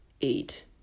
eight